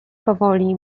powoli